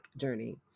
journey